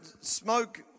smoke